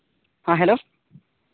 ᱦᱮᱸ ᱦᱮᱞᱳ